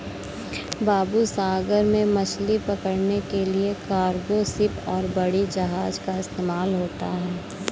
बाबू सागर में मछली पकड़ने के लिए कार्गो शिप और बड़ी जहाज़ का इस्तेमाल होता है